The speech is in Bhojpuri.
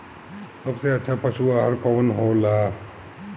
सबसे अच्छा पशु आहार कवन हो ला?